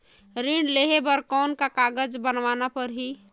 ऋण लेहे बर कौन का कागज बनवाना परही?